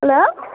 hello